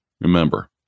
Remember